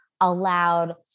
allowed